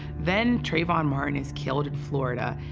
then trayvon martin is killed in florida,